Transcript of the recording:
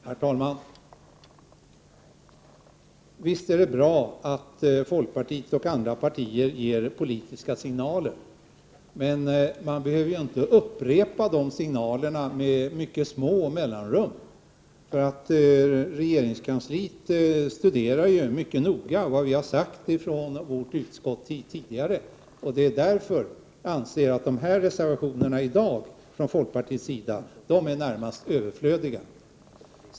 Herr talman! Visst är det bra att folkpartiet och andra partier ger politiska signaler. Men man behöver inte upprepa de signalerna med mycket korta mellanrum. Regeringskansliet studerar mycket noga vad vårt utskott tidigare har sagt. Därför anser jag att reservationerna från folkpartiets sida i dag är närmast överflödiga.